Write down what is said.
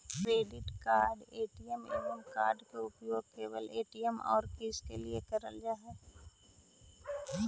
Credit card ATM card के उपयोग केवल ए.टी.एम और किसके के लिए करल जा है?